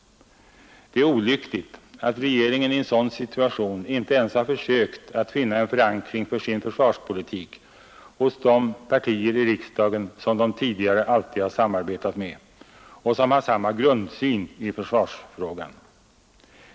Det är olyckligt att regeringen i en sådan situation inte ens har försökt att finna en förankring för sin försvarspolitik hos de partier i riksdagen som den tidigare alltid har samarbetat med och som har samma grundsyn i försvarsfrågan.